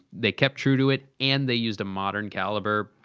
they kept true to it and they used a modern caliber,